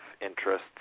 interests